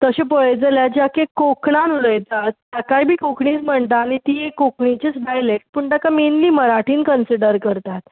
तशें पळयत जाल्यार जें आख्ख्या कोंकणांत उलयतात ताकाय बी कोंकणीच म्हणटा आनी ती कोंकणीचीच डायलॅक्ट पूण ताका मेनली मराठींत कन्सिडर करतात